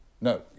No